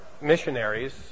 missionaries